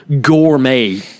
gourmet